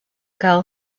girl